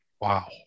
Wow